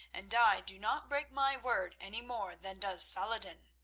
and i do not break my word any more than does saladin.